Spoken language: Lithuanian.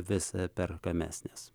vis perkamesnės